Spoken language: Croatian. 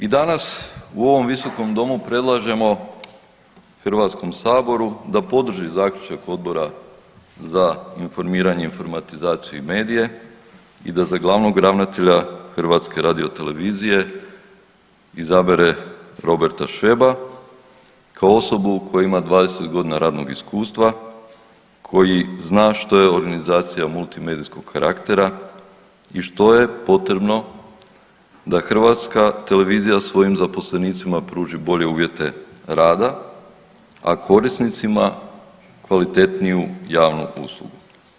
I danas u ovom visokom domu predlažemo Hrvatskom saboru da podrži zaključak Odbora za informiranje i informatizaciju i medije i da za glavnog ravnatelja Hrvatske radiotelevizije izabere Roberta Šveba kao osobu koja ima 20 godina radnog iskustva, koji zna što je organizacija multimedijskog karaktera i što je potrebno da Hrvatska televizija svojim zaposlenicima pruži bolje uvjete rada, a korisnicima kvalitetniju javnu uslugu.